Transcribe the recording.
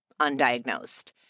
undiagnosed